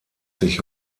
sich